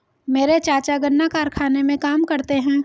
मेरे चाचा गन्ना कारखाने में काम करते हैं